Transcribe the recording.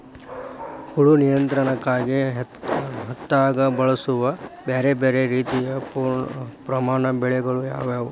ಹುಳು ನಿಯಂತ್ರಣಕ್ಕಾಗಿ ಹತ್ತ್ಯಾಗ್ ಬಳಸುವ ಬ್ಯಾರೆ ಬ್ಯಾರೆ ರೇತಿಯ ಪೋರ್ಮನ್ ಬಲೆಗಳು ಯಾವ್ಯಾವ್?